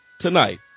tonight